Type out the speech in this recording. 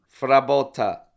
Frabotta